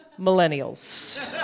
millennials